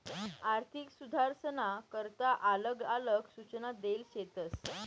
आर्थिक सुधारसना करता आलग आलग सूचना देल शेतस